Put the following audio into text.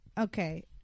Okay